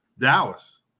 Dallas